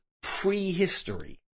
prehistory